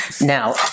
Now